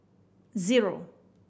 zero